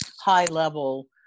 high-level